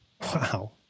Wow